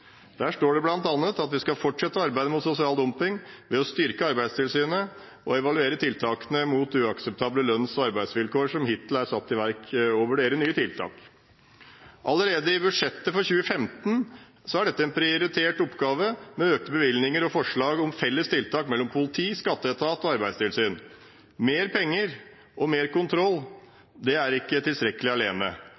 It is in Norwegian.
Der står det bl.a. at vi skal fortsette å arbeide mot sosial dumping ved å styrke Arbeidstilsynet og evaluere tiltakene mot uakseptable lønns- og arbeidsvilkår som hittil er satt i verk, og vurdere nye tiltak. Allerede i budsjettet for 2015 er dette en prioritert oppgave, med økte bevilgninger og forslag om felles tiltak hos politiet, skatteetaten og Arbeidstilsynet. Men mer penger og mer kontroll